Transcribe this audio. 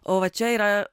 o va čia yra